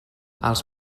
els